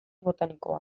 botanikoa